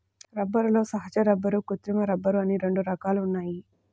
రబ్బరులో సహజ రబ్బరు, కృత్రిమ రబ్బరు అని రెండు రకాలు ఉన్నాయి